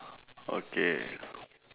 okay